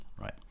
right